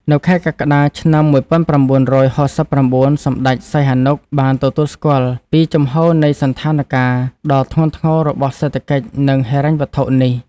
នៅខែកក្កដាឆ្នាំ ១៩៦៩ សម្តេចសីហនុ បានទទួលស្គាល់ពីជំហរនៃសណ្ឋានការណ៍ ដ៏ធ្ងន់ធ្ងររបស់សេដ្ឋកិច្ច និងហិរញ្ញវត្ថុនេះ។